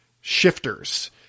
shifters